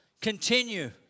Continue